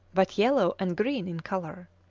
but yellow and green in colour.